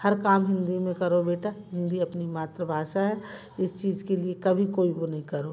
हर काम हिंदी में करो बेटा हिंदी अपनी मातृभाषा है इस चीज़ के लिए कभी कोई वो नहीं करो